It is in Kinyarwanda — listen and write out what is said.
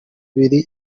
biri